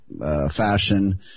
Fashion